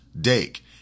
Dake